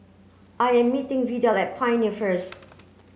I am meeting Vidal at Pioneer first